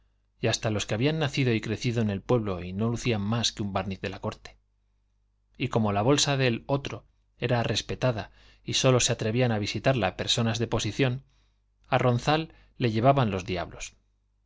y hasta los que habían nacido y crecido en el pueblo y no lucían más que un barniz de la corte y como la bolsa del otro era respetada y sólo se atrevían a visitarla personas de posición a ronzal le llevaban los diablos